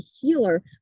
healer